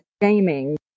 gaming